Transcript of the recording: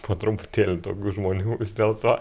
po truputėlį daugiau žmonių vis dėl to